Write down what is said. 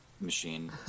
machine